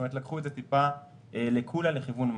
כלומר לקחו את זה קצת לכיוון מעלה.